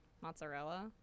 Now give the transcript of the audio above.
Mozzarella